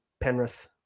Penrith